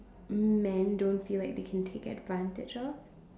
men don't feel like they can take advantage of